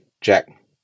Jack